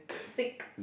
sick